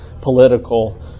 political